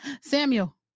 Samuel